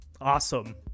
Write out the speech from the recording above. awesome